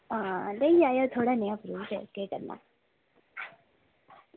आं लेई जायो थोह्ड़ा जेहा फ्रूट केह् करना